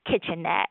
kitchenette